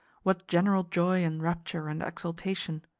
what general joy and rapture and exaltation!